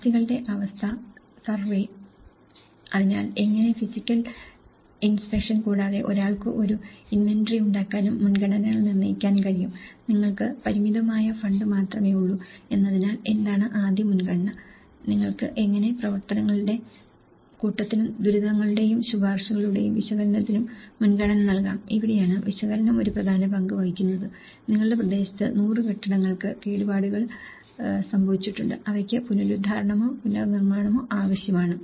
ആസ്തികളുടെ അവസ്ഥ സർവേ അതിനാൽ എങ്ങനെ ഫിസിക്കൽ ഇൻസ്പെക്ഷൻ കൂടാതെ ഒരാൾക്ക് ഒരു ഇൻവെന്ററി ഉണ്ടാക്കാനും മുൻഗണനകൾ നിർണ്ണയിക്കാനും കഴിയും നിങ്ങൾക്ക് പരിമിതമായ ഫണ്ട് മാത്രമേ ഉള്ളൂ എന്നതിനാൽ എന്താണ് ആദ്യ മുൻഗണന നിങ്ങൾക്ക് എങ്ങനെ പ്രവർത്തനങ്ങളുടെ കൂട്ടത്തിനും ദുരിതങ്ങളുടെയും ശുപാർശകളുടെയും വിശകലനത്തിനും മുൻഗണന നൽകാം ഇവിടെയാണ് വിശകലനം ഒരു പ്രധാന പങ്ക് വഹിക്കുന്നത് നിങ്ങളുടെ പ്രദേശത്ത് നൂറ് കെട്ടിടങ്ങൾക്ക് കേടുപാടുകൾ സംഭവിച്ചിട്ടുണ്ട് അവയ്ക്ക് പുനരുദ്ധാരണമോ പുനർനിർമ്മാണമോ ആവശ്യമാണ്